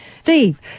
Steve